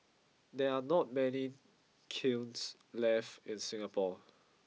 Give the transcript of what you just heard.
there're not many kilns left in Singapore